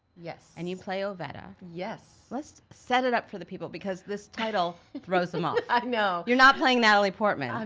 yes. and you play ovetta? yes. let's set it up for the people, because this title throws them off. i know. you're not playing natalie portman. i'm